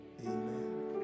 Amen